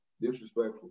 disrespectful